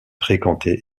fréquentée